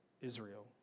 Israel